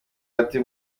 hagati